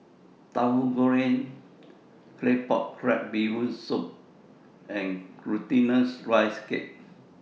Tauhu Goreng Claypot Crab Bee Hoon Soup and Glutinous Rice Cake